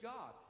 God